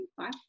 five